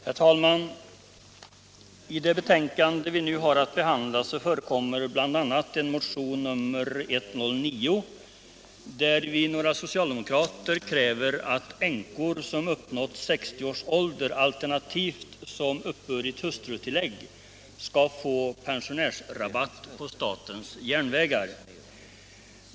Herr talman! I det betänkande som nu behandlas förekommer bl.a. motionen 109, vari vi, några socialdemokrater, kräver att änkor som uppnått 60 år, alternativt som uppburit hustrutillägg, skall få pensionärsrabatt på statens järnvägar.